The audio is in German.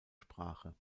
sprache